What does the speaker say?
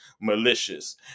malicious